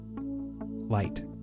light